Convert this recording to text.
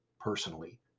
personally